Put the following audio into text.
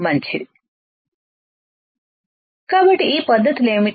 మంచిది కాబట్టి ఈ పద్ధతులు ఏమిటి